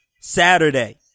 Saturday